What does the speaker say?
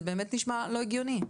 זה באמת נשמע לא הגיוני.